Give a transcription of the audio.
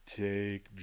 take